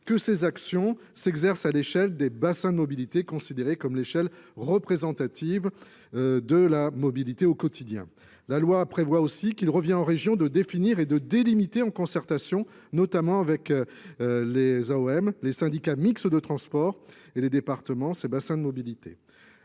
que ces actions s'exercent à l'échelle des bassins de mobilités, considérés comme l'échelle représentative. de la mobilité au quotidien, la loi prévoit aussi qu'il revient aux régions de définir et de délimiter, en concertation notamment avec les o m les syndicats mixtes de transport et les départements ces bassins de mobilité